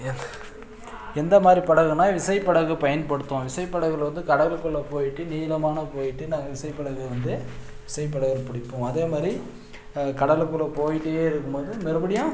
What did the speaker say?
எந்த மாதிரி படகுனால் விசைப் படகு பயன்படுத்துவோம் விசைப் படகில் வந்து கடலுக்குள்ள போய்ட்டு நீளமான போய்ட்டு நாங்கள் விசைப் படகு வந்து விசைப் படகு பிடிக்கும் அதே மாரி கடலுக்குள்ளே போயிகிட்டே இருக்கும்போது மறுபடியும்